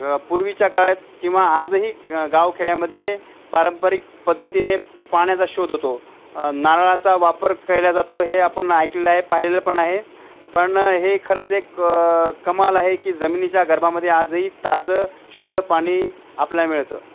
ग पूर्वीच्या काळात किंवा आजही गावखेड्यामध्ये पारंपरिक पद्धतीने पाण्याचा शोध होतो नारळाचा वापर केला जातो हे आपण ऐकलेलं आहे पाहिलेलं पण आहे पण हे खरंच एक कमाल आहे की जमिनीच्या गर्भामध्ये आजही ताजं शुद्ध पाणी आपल्याला मिळतं